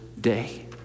day